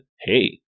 Hey